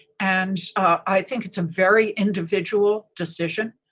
and i think it's a very individual decision.